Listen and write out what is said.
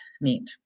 meet